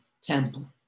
temple